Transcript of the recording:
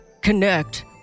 connect